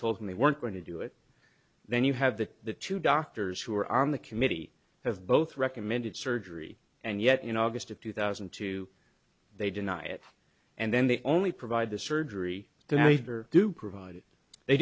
told him they weren't going to do it then you have that the two doctors who are on the committee have both recommended surgery and yet in august of two thousand and two they deny it and then they only provide the surgery then i do provided they